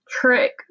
Trick